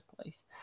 place